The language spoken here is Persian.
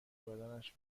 بدنش